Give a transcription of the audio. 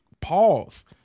pause